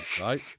right